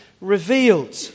revealed